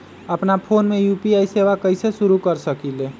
अपना फ़ोन मे यू.पी.आई सेवा कईसे शुरू कर सकीले?